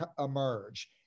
emerge